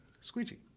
Squeegee